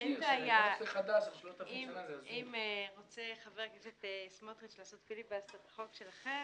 אם רוצה חבר הכנסת סמוטריץ לעשות פיליבסטר בחוק שלכם,